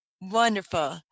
wonderful